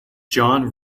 john